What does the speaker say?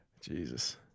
jesus